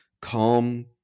Calm